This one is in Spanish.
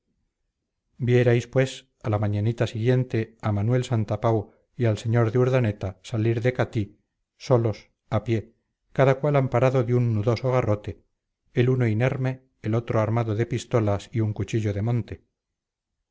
vierais pues a la mañanita siguiente a manuel santapau y al sr de urdaneta salir de catí solos a pie cada cual amparado de un nudoso garrote el uno inerme el otro armado de pistolas y un cuchillo de monte